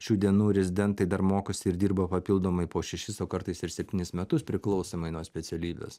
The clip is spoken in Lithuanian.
šių dienų rezidentai dar mokosi ir dirba papildomai po šešis o kartais ir septynis metus priklausomai nuo specialybės